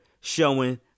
showing